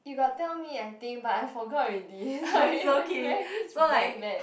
you got tell me I think but I forgot already sorry my memory's damn bad